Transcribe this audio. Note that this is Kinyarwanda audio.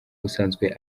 usanzwe